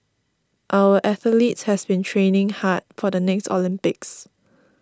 our athletes have been training hard for the next Olympics